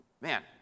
man